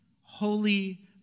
holy